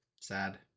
sad